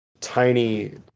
tiny